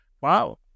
wow